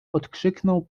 odkrzyknął